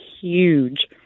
huge